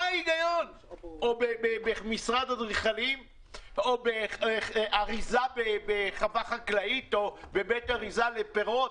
או במשרד אדריכלים או באריזה בחווה חקלאית או בבית אריזה לפירות?